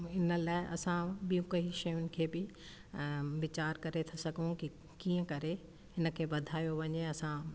हिन लाइ असां ॿियूं कई शयुनि खे बि वीचार करे था सघूं की कीअं करे हिन खे वधायो वञे असां